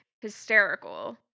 hysterical